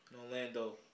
Orlando